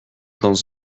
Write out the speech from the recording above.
dans